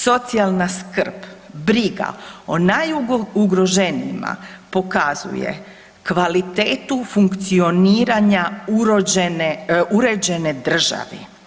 Socijalna skrb, briga o najugroženijima pokazuje kvalitetu funkcioniranja urođene, uređene države.